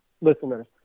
listeners